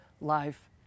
life